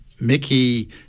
Mickey